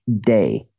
day